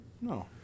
No